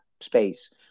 space